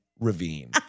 ravine